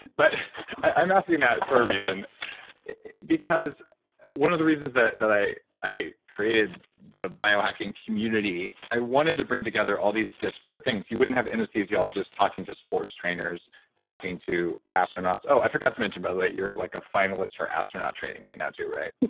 but i'm asking that for a reason because one of the reasons that that i i created the biohacking community, i wanted to bring together all these disparate things. you wouldn't have anesthesiologists talking to sports trainers talking to astronauts. oh, i forgot to mention, by the way, you're like a finalist for astronaut training right now too, right?